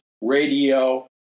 radio